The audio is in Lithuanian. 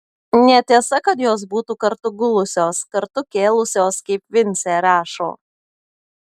netiesa kad jos būtų kartu gulusios kartu kėlusios kaip vincė rašo